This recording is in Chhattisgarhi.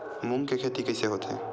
मूंग के खेती कइसे होथे?